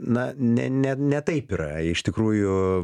na ne ne ne taip yra iš tikrųjų